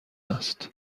است